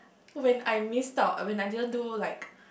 when I missed out when I didn't do like